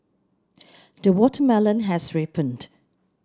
the watermelon has ripened